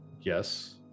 yes